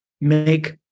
make